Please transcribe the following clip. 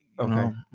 okay